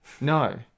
No